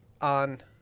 on